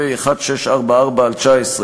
פ/1644/19,